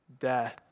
death